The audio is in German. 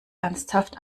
ernsthaft